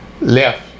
left